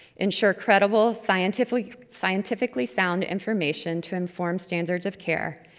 ensure credible, scientific scientifically-sound information to inform standards of care,